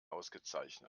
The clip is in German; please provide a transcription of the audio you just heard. ausgezeichnet